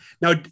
now